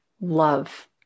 love